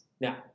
Now